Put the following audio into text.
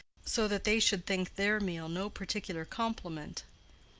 so that they should think their meal no particular compliment.